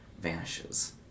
vanishes